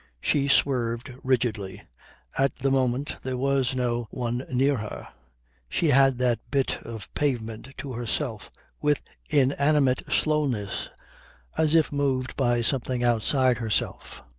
she swerved rigidly at the moment there was no one near her she had that bit of pavement to herself with inanimate slowness as if moved by something outside herself.